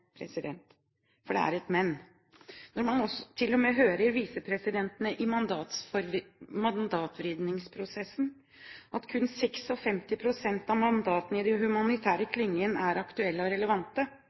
for det er et men, når man til og med hører fra visepresidentene i mandatrevideringsprosessen at kun 56 pst. av mandatene i den humanitære